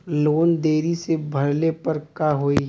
Loan देरी से भरले पर का होई?